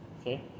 okay